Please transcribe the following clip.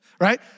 Right